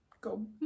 go